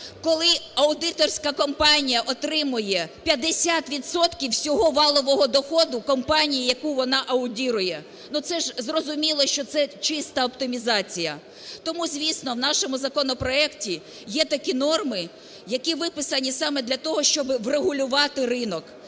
Коли аудиторська компанія отримує 50 відсотків всього валового доходу компанії, яку вона аудирує, ну це ж зрозуміло, що це чиста оптимізація. Тому, звісно, в нашому законопроекті є такі норми, які виписані саме для того, щоби врегулювати ринок.